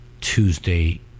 Tuesday